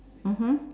mmhmm